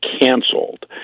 canceled